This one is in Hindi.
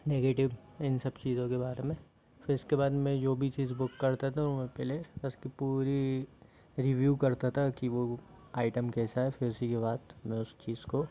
नेगेटिव इन सब चीज़ों के बारे में फिर उसके बाद मैं जो भी चीज़ बुक करता था वो मैं पहले उसकी पूरी रिव्यु करता था कि वो आइटम कैसा है फिर उसी के बाद मैं उस चीज़ को